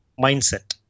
Mindset